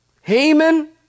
Haman